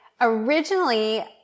originally